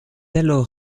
alors